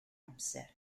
amser